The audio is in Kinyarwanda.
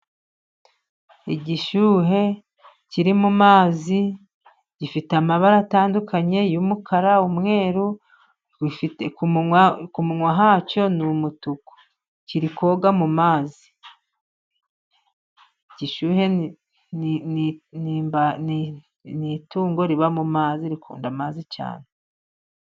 Igishuhe kiri mu mazi gifite amabara atandukanye y'umukara, umweru, ku munwa hacyo ni umutuku, kiri koga mu mazi. Igishuhe ni itungo riba mu mazi, rikunda amazi cyane.